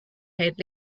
had